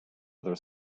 other